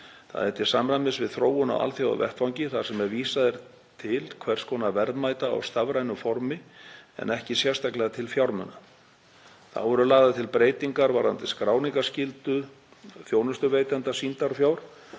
Það er til samræmis við þróun á alþjóðavettvangi þar sem vísað er til hvers konar verðmæta á stafrænu formi en ekki sérstaklega til fjármuna. Þá eru lagðar til breytingar varðandi skráningarskyldu þjónustuveitenda sýndarfjár